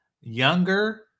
younger